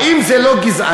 האם זה לא גזעני?